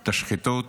את השחיתות,